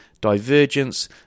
Divergence